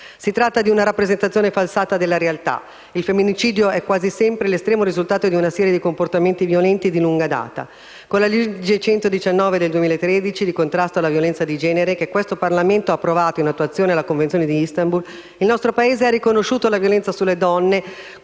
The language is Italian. Si tratta di una rappresentazione falsata della realtà. Il femminicidio è quasi sempre l'estremo risultato di una serie di comportamenti violenti di lunga data. Con la legge n. 119 del 2013 di contrasto alla violenza di genere, che questo Parlamento ha approvato in attuazione della convenzione di Istanbul, il nostro Paese ha riconosciuto la violenza sulle donne